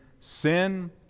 sin